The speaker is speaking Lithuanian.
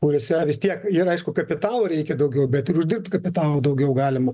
kuriose vis tiek ir aišku kapitalo reikia daugiau bet ir uždirbt kapitalo daugiau galimų